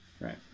right